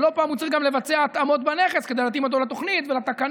ולא פעם הוא צריך גם לבצע התאמות בנכס כדי להתאים אותו לתוכנית ולתקנון,